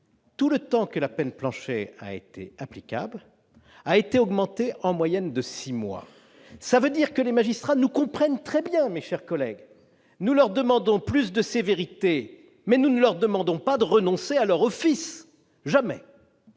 tout le temps que la peine plancher a été applicable, a été augmenté en moyenne de six mois. Cela signifie que les magistrats nous comprennent très bien, mes chers collègues : nous leur demandons une plus grande sévérité, mais nous ne leur demandons pas de renoncer à leur office. Jamais !